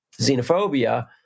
xenophobia